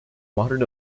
modern